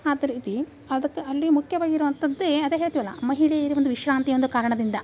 ಆದ ರೀತಿ ಅದಕ್ಕೆ ಅಲ್ಲಿ ಮುಖ್ಯವಾಗ್ ಇರೋವಂಥದ್ದೇ ಅದೆ ಹೇಳ್ತೀವಲ್ಲ ಮಹಿಳೆಯರ ಒಂದು ವಿಶ್ರಾಂತಿ ಒಂದು ಕಾರಣದಿಂದ